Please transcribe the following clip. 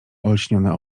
olśnione